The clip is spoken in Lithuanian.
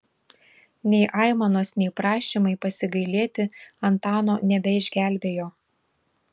nei aimanos nei prašymai pasigailėti antano nebeišgelbėjo